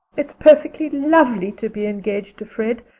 it's perfectly lovely to be engaged to fred.